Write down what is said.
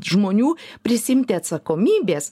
žmonių prisiimti atsakomybės